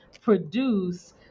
produce